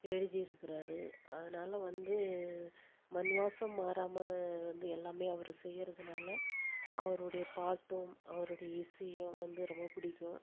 எழுதியிருக்கிறார் அதனால் வந்து மண்வாசம் மாறாமல் வந்து எல்லாமே அவர் செய்கிறதுனால அவருடைய பாட்டும் அவருடைய இசையும் வந்து ரொம்ப பிடிக்கும்